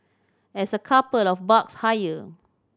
as a couple of bucks higher